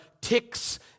ticks